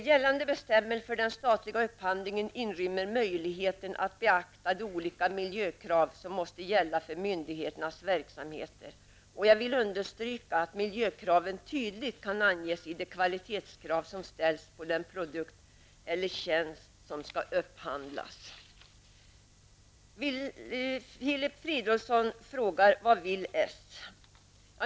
Gällande bestämmelser för den statliga upphandlingen inrymmer möjligheten att beakta de olika miljökrav som måste gälla för myndigheternas verksamheter, och jag vill understryka att miljökraven tydligt kan anges i de kvalitetskrav som ställs på den produkt eller tjänst som skall upphandlas. Filip Fridolfsson frågar: Vad vill s?